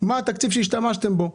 מה התקציב שהשתמשתם בו.